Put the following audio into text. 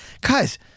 guys